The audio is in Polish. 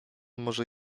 może